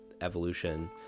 evolution